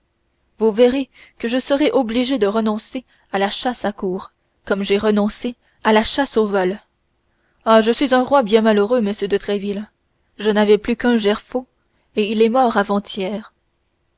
vous verrez que je serai obligé de renoncer à la chasse à courre comme j'ai renoncé à la chasse au vol ah je suis un roi bien malheureux monsieur de tréville je n'avais plus qu'un gerfaut et il est mort avant-hier